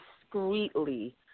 discreetly